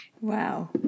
wow